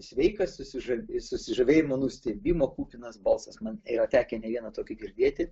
sveikas susižavi susižavėjimo nustebimo kupinas balsas man ėjo tekę ne vieną tokį girdėti